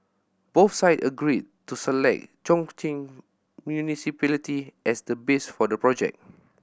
both side agreed to select Chongqing Municipality as the base for the project